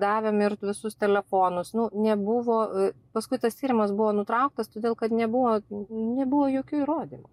davėm ir visus telefonus nu nebuvo paskui tas tyrimas buvo nutrauktas todėl kad nebuvo nebuvo jokių įrodymų